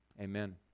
Amen